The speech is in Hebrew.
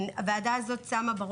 הוועדה הזו שמה את האחריות,